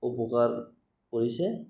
উপকাৰ কৰিছে